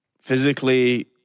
physically